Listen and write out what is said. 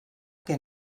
que